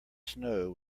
snow